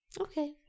Okay